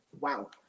Wow